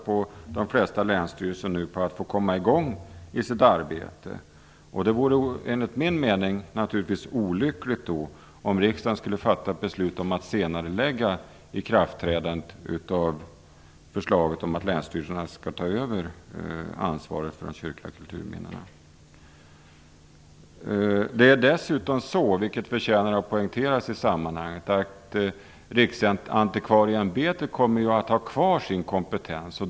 På de flesta länsstyrelser väntar man nu på att få komma i gång med sitt arbete. Det vore enligt mening olyckligt om riksdagen skulle fatta ett beslut om att senarelägga ikraftträdandet av förslaget om att länsstyrelserna skall ta över ansvaret för de kyrkliga kulturminnena. Det är dessutom så, vilket förtjänar att poängteras i sammanhanget, att Riksantikvarieämbetet kommer att ha kvar sin kompetens.